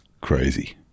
crazy